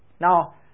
now